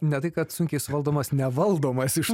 ne tai kad sunkiai suvaldomas nevaldomas iš